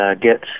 get